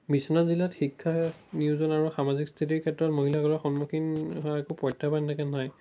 বিশ্বনাথ জিলাত শিক্ষাৰ নিয়োজন আৰু সামাজিক স্থিতিৰ ক্ষেত্ৰত মহিলাসকলে সন্মুখীন হোৱা একো প্ৰত্যাহ্বান তেনেকে নাই